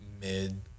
mid